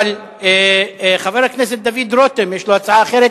אבל חבר הכנסת דוד רותם יש לו הצעה אחרת,